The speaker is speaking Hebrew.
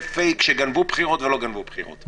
פייק אם גנבו בחירות או לא גנבו בחירות.